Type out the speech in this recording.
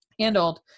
handled